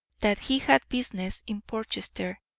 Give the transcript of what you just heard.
that he had business in portchester,